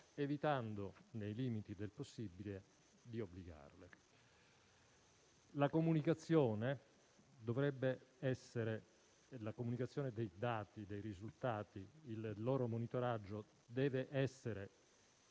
evitando, nei limiti del possibile, di obbligarle. La comunicazione dei dati e dei risultati e il loro monitoraggio devono essere